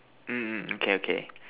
um um okay okay